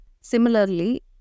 Similarly